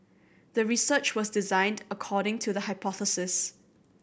the research was designed according to the hypothesis